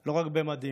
לא רק במדים